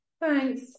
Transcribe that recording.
Thanks